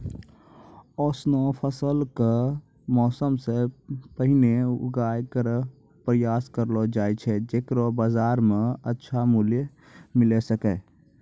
ऑसनो फसल क मौसम सें पहिने उगाय केरो प्रयास करलो जाय छै जेकरो बाजार म अच्छा मूल्य मिले सके